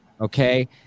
Okay